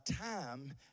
time